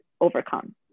overcome